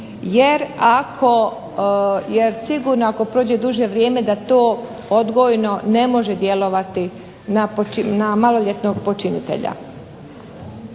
jer sigurno ako prođe duže vrijeme da to odgojno ne može djelovati na maloljetnog počinitelja.